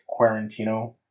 quarantino